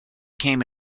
came